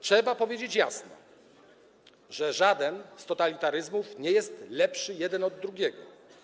Trzeba powiedzieć jasno, że żaden z totalitaryzmów nie jest lepszy jeden od drugiego.